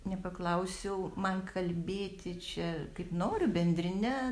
nepaklausiau man kalbėti čia kaip noriu bendrine